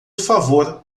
favor